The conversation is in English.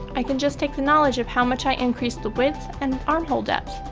i can just take the knowledge of how much i increased the width and arm hole depth,